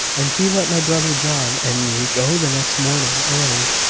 and he let my brother john and me go the next morning early,